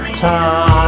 time